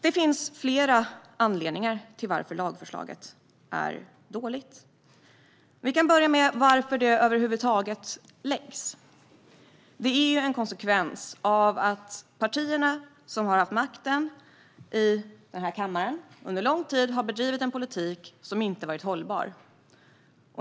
Det finns flera anledningar till att lagförslaget är dåligt. Vi kan börja med varför det över huvud taget läggs fram. Det är en konsekvens av att de partier som har haft makten i den här kammaren under lång tid har bedrivit en politik som inte har varit hållbar.